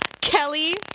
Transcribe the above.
Kelly